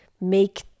make